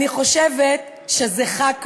אני חושבת שזה חג כפול.